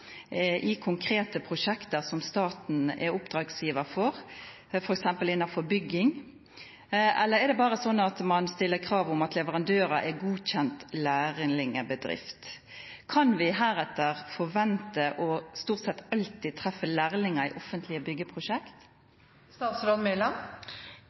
i konkrete prosjekter som staten er oppdragsgiver for, f.eks. innenfor bygging, eller er det bare sånn at man stiller krav om at leverandører er godkjent lærlingbedrift? Kan vi heretter forvente og stort sett alltid treffe lærlinger i offentlige